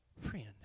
friend